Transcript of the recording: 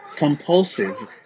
Compulsive